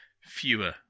fewer